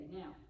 now